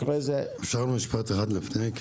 אפשר משפט אחד לפני?